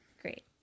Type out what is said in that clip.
great